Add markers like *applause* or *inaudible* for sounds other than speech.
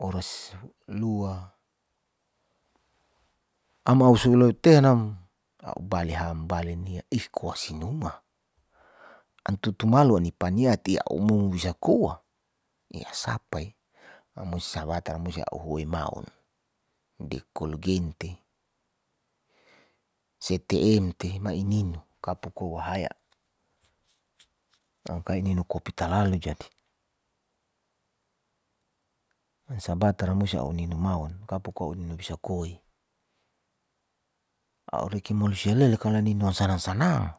Orasi lua *noise* am sulo tehan nam a'u bale ham, bale nia iss koa sinuma an tutu malo ania paniati a'u mumo bisa koa nia sapa e, musi sabatan musi a'u huwoi maun, dekolgen'te, setem'te ma ininu kapo koa haya makali ininu kopi talalu jadi *hesitiaiton* sabatar a'u musi a'u ninu maun, kapo'ko a'u ninu bisa koa a'u reki malusia lela kala ninu isana sanang